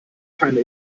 keine